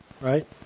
right